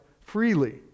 freely